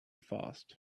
fast